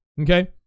okay